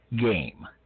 game